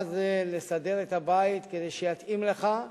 מה זה לסדר את הבית כדי שיתאים לך,